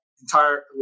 entire